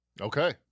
Okay